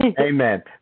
Amen